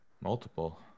Multiple